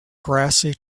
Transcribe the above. grassy